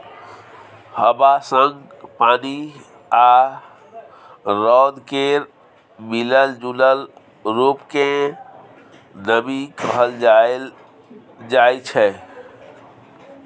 हबा संग पानि आ रौद केर मिलल जूलल रुप केँ नमी कहल जाइ छै